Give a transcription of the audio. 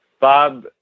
Bob